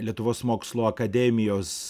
lietuvos mokslų akademijos